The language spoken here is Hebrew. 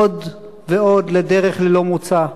עוד ועוד לדרך ללא מוצא,